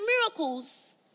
miracles